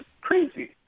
crazy